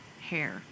hair